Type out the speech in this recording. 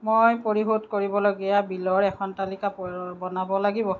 মই পৰিশোধ কৰিবলগীয়া বিলৰ এখন তালিকা বনাব লাগিব